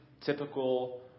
typical